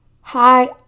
Hi